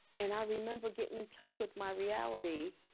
and i remember getting in touch with my reality